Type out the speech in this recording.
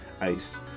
ice